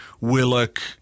Willock